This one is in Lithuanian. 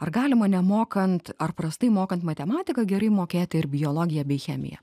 ar galima nemokant ar prastai mokant matematiką gerai mokėti ir biologiją bei chemiją